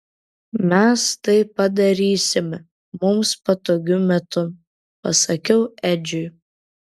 mes tai padarysime mums patogiu metu pasakiau edžiui